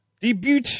Debut